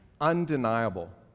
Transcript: undeniable